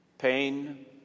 Pain